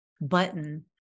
button